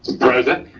present.